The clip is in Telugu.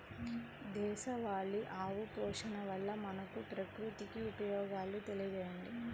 దేశవాళీ ఆవు పోషణ వల్ల మనకు, ప్రకృతికి ఉపయోగాలు తెలియచేయండి?